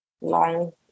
long